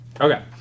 Okay